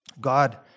God